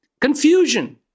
confusion